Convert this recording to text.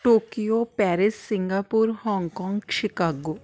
Tokyo pairs Singapore Hong Kong Chicago